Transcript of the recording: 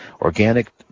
organic